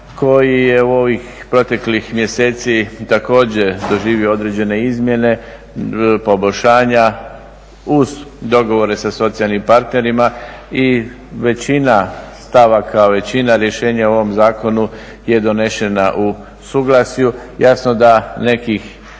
koji je u ovih proteklih mjeseci također doživio određene izmjene, poboljšanja, uz dogovore sa socijalnim partnerima i većina stavaka, većina rješenja u ovom zakonu je donešena u suglasju. Jasno da nekih